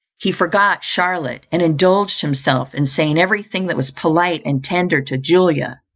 he forgot charlotte, and indulged himself in saying every thing that was polite and tender to julia.